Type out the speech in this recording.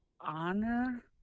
honor